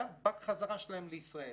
בחזרה שלהם לישראל.